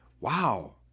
Wow